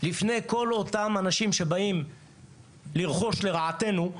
לפני כל אותם אנשים שבאים לרחוש לרעתנו,